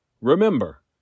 Remember